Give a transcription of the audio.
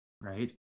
right